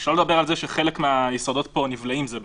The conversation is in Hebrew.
שלא לדבר על זה שחלק מהיסודות פה נבלעים זה בזה.